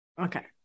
Okay